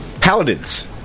Paladins